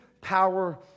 power